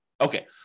Okay